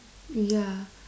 yeah